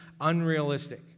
unrealistic